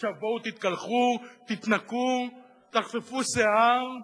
עכשיו בואו ותתקלחו, תתנקו, תחפפו שיער.